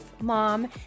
mom